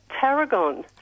tarragon